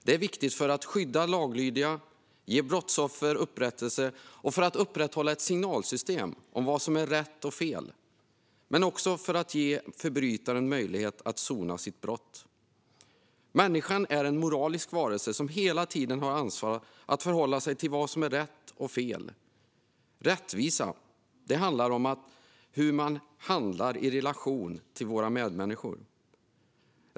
Det är viktigt för att skydda laglydiga, ge brottsoffer upprättelse och upprätthålla ett signalsystem om vad som är rätt och fel men också för att ge förbrytaren möjlighet att sona sitt brott. Människan är en moralisk varelse som hela tiden har ansvar att förhålla sig till vad som är rätt och fel. Rättvisa handlar om hur man handlar i relation till sina medmänniskor.